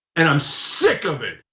and i'm sick of it,